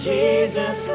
Jesus